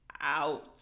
out